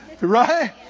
Right